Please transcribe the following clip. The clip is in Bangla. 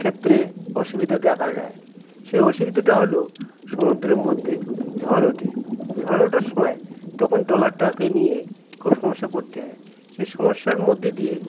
ক্ষেত্রে অসুবিধা দেখা যায় সেই অসুবিধাটা হলো সমুদ্রের মধ্যে ঝড় ওঠে ঝড় ওঠার সময় তখন ট্রলারটাকে নিয়ে খুব সমস্যা পড়তে হয় সেই সমস্যার মধ্যে দিয়ে